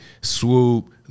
Swoop